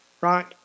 right